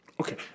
Okay